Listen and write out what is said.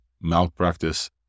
malpractice